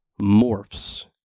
morphs